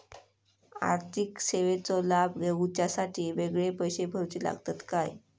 आर्थिक सेवेंचो लाभ घेवच्यासाठी वेगळे पैसे भरुचे लागतत काय?